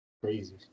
crazy